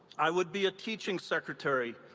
i would be a teaching secretary.